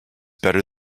better